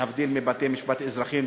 להבדיל מבתי-משפט אזרחיים,